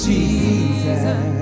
Jesus